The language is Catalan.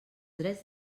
drets